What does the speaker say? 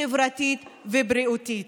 חברתית ובריאותית.